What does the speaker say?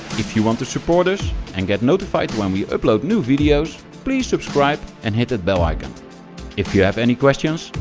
if you want to support us and get notified when we upload new videos, please subscribe and hit that bell icon if you have any questions,